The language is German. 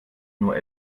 nur